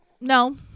No